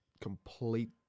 complete